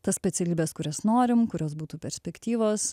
tas specialybes kurias norim kurios būtų perspektyvos